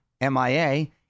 M-I-A